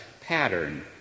pattern